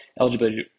Eligibility